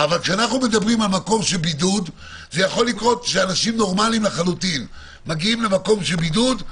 אבל במקום בידוד ייתכן שאנשים נורמליים לחלוטין מגיעים למקום של בידוד,